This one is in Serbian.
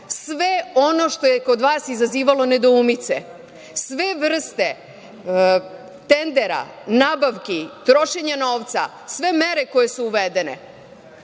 sve ono što je kod vas izazivalo nedoumice, sve vrste tendera, nabavki, trošenja novca, sve mere koje su uvedene